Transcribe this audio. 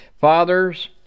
Fathers